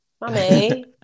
Mummy